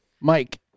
Mike